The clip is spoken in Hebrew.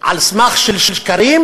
על סמך שקרים,